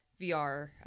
VR